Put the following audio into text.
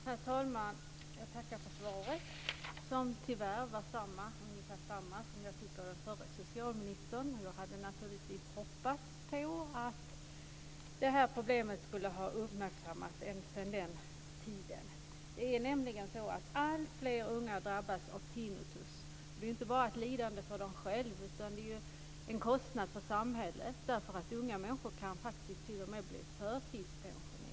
Herr talman! Jag tackar för svaret, som tyvärr var ungefär detsamma som jag fick av den förra socialministern. Jag hade naturligtvis hoppats på att problemet skulle ha uppmärksammats sedan den tiden. Det är nämligen så att alltfler unga drabbas av tinnitus. Det är inte bara ett lidande för dem själva, utan det är också en kostnad för samhället. Unga människor kan faktiskt t.o.m. bli förtidspensionerade.